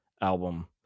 album